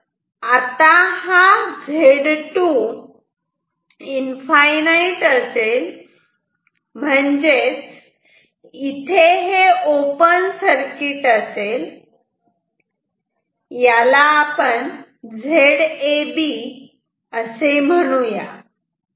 जर आता हा Z2 इनफाईनाईट असेल म्हणजेच इथे हे ओपन सर्किट असेल याला आपण ZAB असे म्हणू या